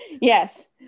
yes